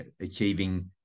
achieving